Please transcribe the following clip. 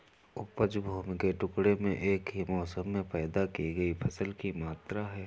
उपज भूमि के टुकड़े में एक ही मौसम में पैदा की गई फसल की मात्रा है